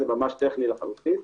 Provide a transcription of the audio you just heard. זה טכני לחלוטין.